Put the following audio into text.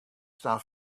staan